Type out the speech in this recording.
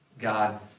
God